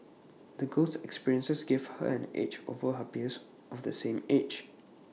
the girl's experiences gave her an edge over her peers of the same age